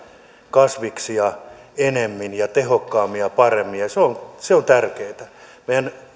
kasviksia enemmän tehokkaammin ja paremmin ja se on tärkeätä meidän